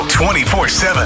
24-7